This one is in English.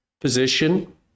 position